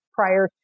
prior